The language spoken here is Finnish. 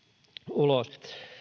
ulos